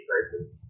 person